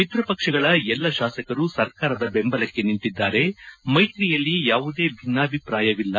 ಮಿತ್ರ ಪಕ್ಷಗಳ ಎಲ್ಲಾ ಶಾಸಕರು ಸರ್ಕಾರದ ಬೆಂಬಲಕ್ಕೆ ನಿಂತಿದ್ದಾರೆ ಮೈತ್ರಿಯಲ್ಲಿ ಯಾವುದೇ ಭಿನ್ನಾಭಿಪ್ರಾಯವಿಲ್ಲ